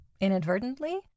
inadvertently